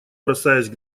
бросаясь